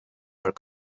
are